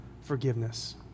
forgiveness